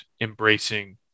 embracing